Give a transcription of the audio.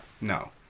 No